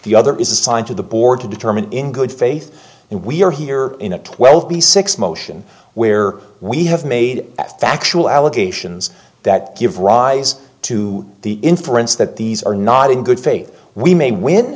the other is assigned to the board to determine in good faith and we are here in a twelve b six motion where we have made factual allegations that give rise to the inference that these are not in good faith we may w